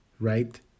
Right